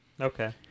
Okay